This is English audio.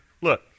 Look